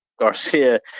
Garcia